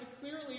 clearly